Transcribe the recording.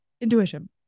intuition